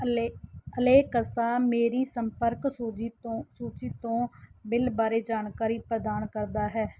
ਅਲੇ Alexa ਮੇਰੀ ਸੰਪਰਕ ਸੂਜੀ ਤੋਂ ਸੂਚੀ ਤੋਂ ਬਿੱਲ ਬਾਰੇ ਜਾਣਕਾਰੀ ਪ੍ਰਦਾਨ ਕਰਦਾ ਹੈ